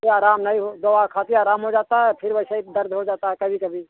कहीं आराम नहीं दवा खाती है तो आराम हो जाता है फिर वैसे ही दर्द हो जाता है कभी कभी